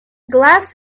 glass